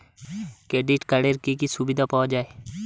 Credit কার্ডের কি কি সুবিধা পাওয়া যায়?